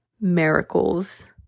miracles